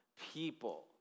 people